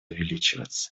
увеличиваться